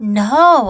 no